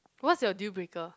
what's your deal breaker